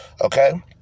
Okay